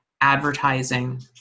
advertising